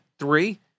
three